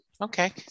Okay